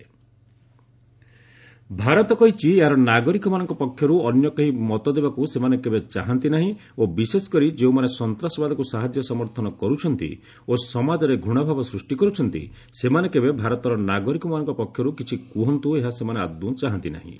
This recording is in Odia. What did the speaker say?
India reply to Pak Bharat କହିଛି ଏହାର ନାଗରିକମାନଙ୍କ ପକ୍ଷରୁ ଅନ୍ୟ କେହି ମତଦେବାକୁ ସେମାନେ କେବେ ଚାହାନ୍ତି ନାହିଁ ଓ ବିଶେଷ କରି ଯେଉଁମାନେ ସନ୍ତାସବାଦକୁ ସାହାଯ୍ୟ ସମର୍ଥନ କରୁଛନ୍ତି ଓ ସମାଜରେ ଘୂଣାଭାବ ସୃଷ୍ଟି କର୍ଚ୍ଛନ୍ତି ସେମାନେ କେବେ ଭାରତର ନାଗରିକମାନଙ୍କ ପକ୍ଷରୁ କିଛି କୁହନ୍ତୁ ଏହା ସେମାନେ ଆଦୌ ଚାହାନ୍ତି ନାହିଁ